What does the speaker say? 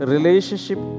Relationship